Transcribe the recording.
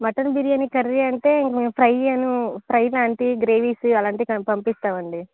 mutton biryani curry అంటే ఇంకా మేము ఫ్రై అని ఫ్రై లాంటి గ్రేవీ అలాంటివి పం పంపిస్తామండి